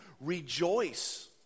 rejoice